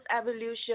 Evolution